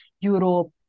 Europe